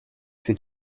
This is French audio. c’est